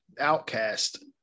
Outcast